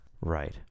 Right